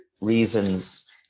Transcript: reasons